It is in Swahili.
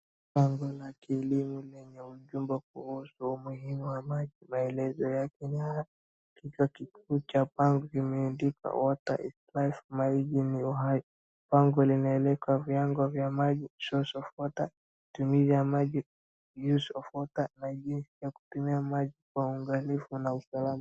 Bango la kielimu lenye ujumbe kuhusu umuhimu wa maji, maelezo yake ni hivi. Katikati kuu cha bango kimeandikwa water is life , maji ni uhai. Bango linaelekea vyanzo vya maji, source of water , matumizi ya maji, use of water , na jinsi ya kutumia maji kwa uangalifu na usalama.